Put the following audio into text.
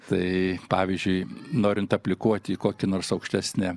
tai pavyzdžiui norint aplikuoti į kokia nors aukštesne